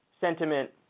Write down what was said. sentiment